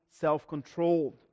self-controlled